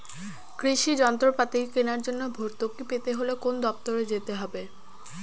কৃষি যন্ত্রপাতি কেনার জন্য ভর্তুকি পেতে হলে কোন দপ্তরে যেতে হবে?